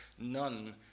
none